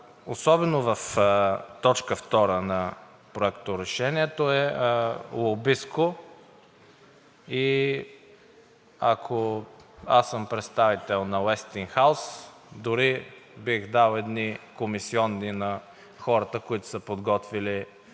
особено в точка втора на Проекторешението, е лобистко. И ако аз съм представител на „Уестингхаус“, дори бих дал едни комисиони на хората, които са подготвили